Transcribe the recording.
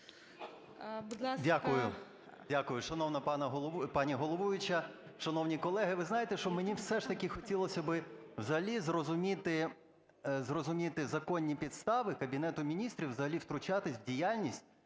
Дякую. Дякую. Шановна пані головуюча, шановні колеги, ви знаєте, що мені все ж таки хотілось би взагалі зрозуміти законні підстави Кабінету Міністрів взагалі втручатись в діяльність